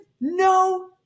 no